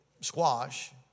squash